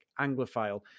Anglophile